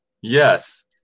Yes